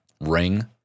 ring